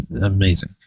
amazing